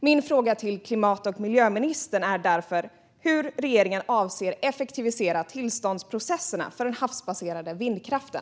Min fråga till klimat och miljöministern är därför hur regeringen avser att effektivisera tillståndsprocesserna för den havsbaserade vindkraften.